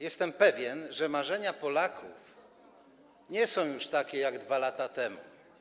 Jestem pewien, że marzenia Polaków nie są już takie jak 2 lata temu.